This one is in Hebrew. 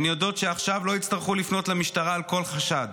הן יודעות שעכשיו לא יצטרכו לפנות למשטרה על כל חשד.